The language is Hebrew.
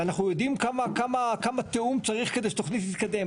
ואנחנו יודעים כמה תיאום צריך כדי שתוכנית תתקדם.